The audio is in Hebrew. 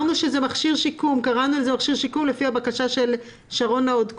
לכן שינינו את זה ל"מכשיר שיקום" לפי הבקשה של שרונה עוד קודם.